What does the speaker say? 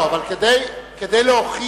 לא, אבל כדי להוכיח